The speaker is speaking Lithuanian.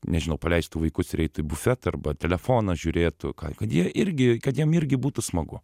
nežinau paleistų vaikus ir eitų į bufetą arba telefoną žiūrėtų ką kad jie irgi kad jiem irgi būtų smagu